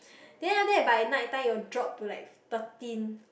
then after that by nighttime it'll drop to like thirteen